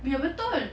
biar betul